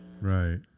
Right